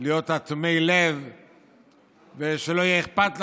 להיות אטומי לב ושלא יהיה אכפת לנו.